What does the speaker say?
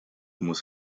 muss